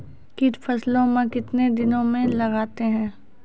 कीट फसलों मे कितने दिनों मे लगते हैं?